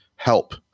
help